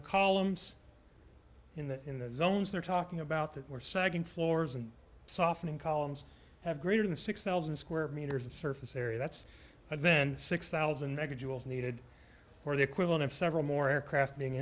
the columns in the zones they're talking about that were sagging floors and softening columns have greater than six thousand square meters of surface area that's then six thousand megawatts needed or the equivalent of several more aircraft being